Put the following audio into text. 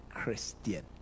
Christian